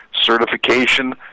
certification